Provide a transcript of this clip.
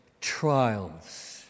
trials